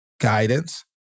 guidance